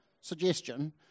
suggestion